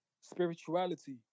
spirituality